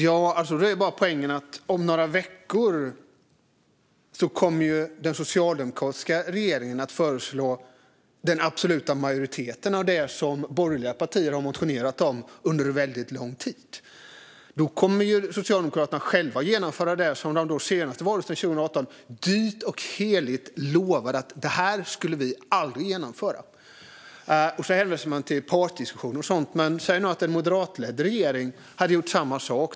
Poängen är bara att den socialdemokratiska regeringen om några veckor kommer att föreslå den absoluta majoriteten av det som borgerliga partier har motionerat om under väldigt lång tid. Då kommer Socialdemokraterna själva att genomföra det som de under valrörelsen 2018 dyrt och heligt lovade att de aldrig skulle genomföra. De hänvisar till partsdiskussioner och sådant, men säg att en moderatledd regering hade gjort samma sak.